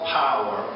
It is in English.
power